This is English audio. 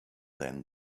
then